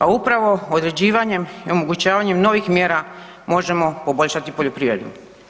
A upravo određivanjem i omogućavanjem novih mjera možemo poboljšati poljoprivredu.